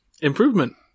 Improvement